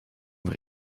voor